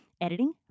Editing